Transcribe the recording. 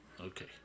Okay